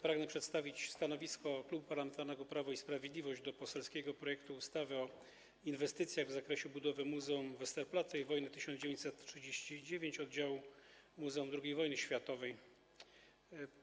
Pragnę przedstawić stanowisko Klubu Parlamentarnego Prawo i Sprawiedliwość wobec poselskiego projektu ustawy o inwestycjach w zakresie budowy Muzeum Westerplatte i Wojny 1939 - Oddziału Muzeum II Wojny Światowej w Gdańsku.